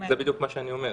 זה בדיוק מה שאני אומר.